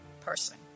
person